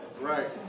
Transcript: Right